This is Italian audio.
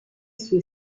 suoi